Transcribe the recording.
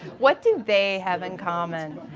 what do they have in common?